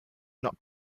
not